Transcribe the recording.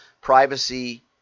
privacy